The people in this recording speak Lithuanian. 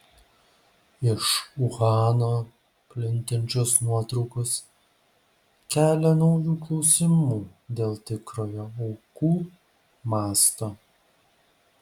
iš uhano plintančios nuotraukos kelia naujų klausimų dėl tikrojo aukų masto